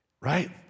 Right